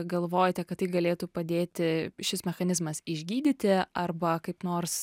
galvojate kad tai galėtų padėti šis mechanizmas išgydyti arba kaip nors